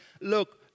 Look